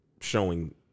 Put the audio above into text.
showing